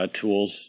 tools